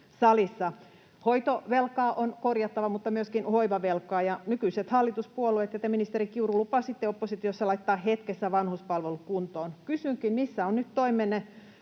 Hoitovelkaa on korjattava, mutta myöskin hoivavelkaa. Nykyiset hallituspuolueet ja te, ministeri Kiuru, lupasitte oppositiossa laittaa hetkessä vanhuspalvelut kuntoon. Kysynkin: missä ovat nyt toimenne,